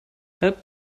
help